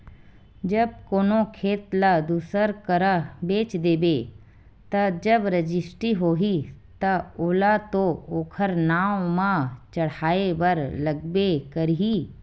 जब कोनो खेत ल दूसर करा बेच देबे ता जब रजिस्टी होही ता ओला तो ओखर नांव म चड़हाय बर लगबे करही